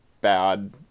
bad